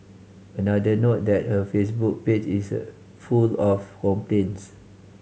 another note that her Facebook page is full of complaints